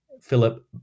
Philip